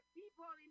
people